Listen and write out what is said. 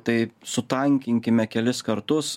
tai sutankinkime kelis kartus